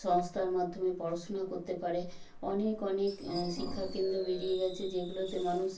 সংস্থার মধ্যে মাধ্যমে পড়াশুনা করতে পারে অনেক অনেক শিক্ষাকেন্দ্র বেরিয়ে গেছে যেগুলোতে মানুষ